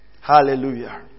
Hallelujah